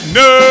no